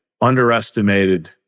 underestimated